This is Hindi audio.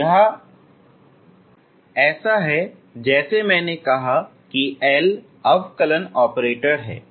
यह ऐसा है जैसे मैंने कहा कि L अवकलन ऑपरेटर है